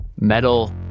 metal